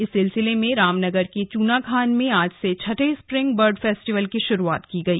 इस सिलसिले में रामनगर के चूनाखान में आज से छठे स्प्रिंग बर्ड फेस्टिवल की शुरूआत हुई